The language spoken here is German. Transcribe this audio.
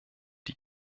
die